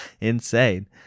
insane